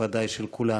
ודאי של כולנו.